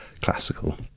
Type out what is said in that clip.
classical